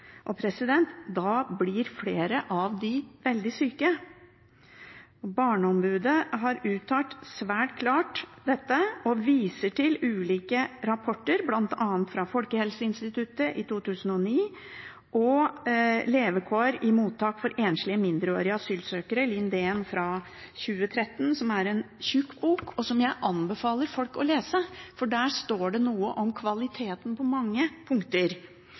Da blir flere av dem veldig syke. Barneombudet har uttalt dette svært klart og viser til ulike rapporter, bl.a. en fra Folkehelseinstituttet i 2009 og «Levekår i mottak for enslige mindreårige asylsøkere», fra 2013, som er en tjukk bok, og som jeg anbefaler folk å lese, for der står det noe om kvaliteten på mange punkter.